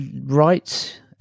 right